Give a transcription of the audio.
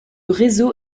réseau